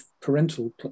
parental